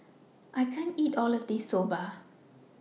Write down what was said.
I can't eat All of This Soba